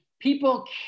people